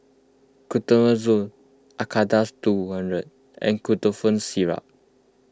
Fluconazole Acardust two hundred and Ketotifen Syrup